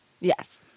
Yes